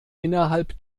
innerhalb